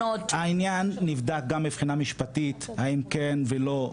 העניין נבדק גם מבחינה משפטית, אם כן או לא.